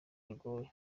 bigoye